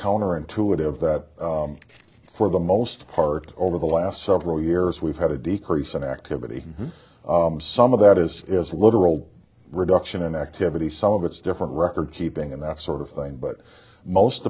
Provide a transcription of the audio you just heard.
counterintuitive that for the most part over the last several years we've had a decrease in activity some of that is literal reduction in activity some of it's different record keeping and that sort of thing but most